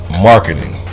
marketing